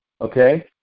Okay